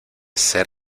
ser